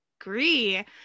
agree